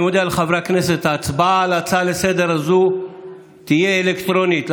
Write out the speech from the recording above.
אני מודיע לחברי הכנסת: ההצבעה על ההצעה לסדר-היום הזאת תהיה אלקטרונית,